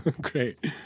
Great